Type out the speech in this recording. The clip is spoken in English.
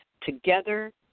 Together